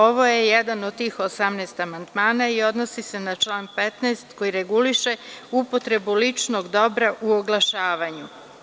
Ovo je jedan od tih 18 amandmana i odnosi se na član 15. koji reguliše upotrebu ličnog dobra u oglašavanju.